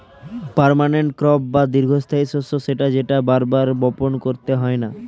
permanent crop বা দীর্ঘস্থায়ী শস্য সেটা যেটা বার বার বপণ করতে হয়না